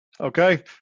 Okay